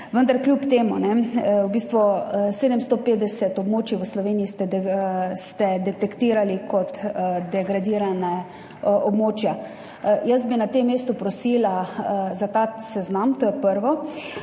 Vendar kljub temu – 750 območij v Sloveniji ste detektirali kot degradirana območja. Na tem mestu bi prosila za ta seznam, to je prvo.